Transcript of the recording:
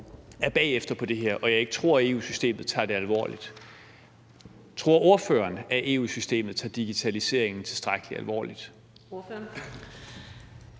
er bagefter i forhold til det her, og jeg tror ikke, EU systemet tager det alvorligt. Tror ordføreren, at EU-systemet tager digitaliseringen tilstrækkelig alvorligt?